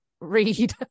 read